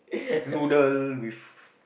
noodle with